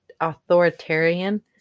authoritarian